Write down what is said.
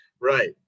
right